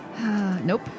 Nope